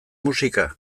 musika